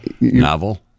novel